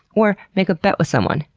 or, make a bet with someone.